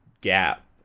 gap